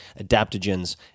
adaptogens